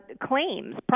claims